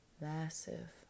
massive